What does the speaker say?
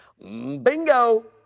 Bingo